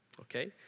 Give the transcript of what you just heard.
okay